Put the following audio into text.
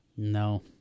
No